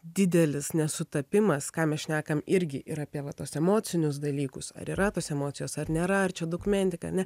didelis nesutapimas ką mes šnekam irgi yra apie va tuos emocinius dalykus ar yra tos emocijos ar nėra ar čia dokumentika ne